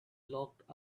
locked